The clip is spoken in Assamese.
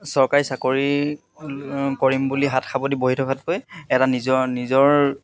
চৰকাৰী চাকৰি কৰিম বুলি হাত সাৱতি বহি থকাতকৈ এটা নিজৰ নিজৰ